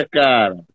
cara